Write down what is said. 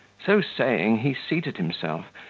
so saying, he seated himself,